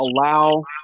allow